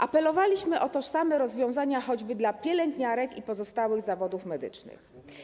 Apelowaliśmy o tożsame rozwiązania choćby dla pielęgniarek i pozostałych zawodów medycznych.